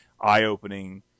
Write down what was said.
eye-opening